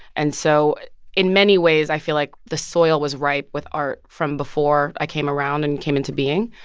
and so in many ways, i feel like the soil was ripe with art from before i came around and came into being.